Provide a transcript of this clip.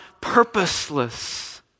purposeless